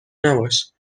نباش